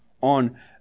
on